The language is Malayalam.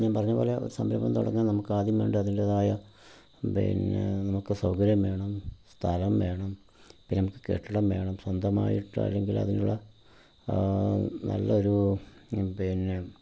ഞാൻ പറഞ്ഞത് പോലെ ഒരു സംരഭം തുടങ്ങാൻ നമുക്ക് ആദ്യം വേണ്ടത് അതിൻ്റെതായ പിന്നെ നമുക്ക് സൗകര്യം വേണം സ്ഥലം വേണം പിന്നെ നമുക്ക് കെട്ടിടം വേണം സ്വന്തമായിട്ട് അല്ലെങ്കിൽ അതിനുള്ള നല്ലൊരു പിന്നെ